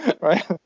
right